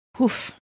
Oof